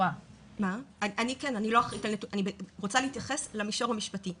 אני רוצה להתייחס למישור המשפטי.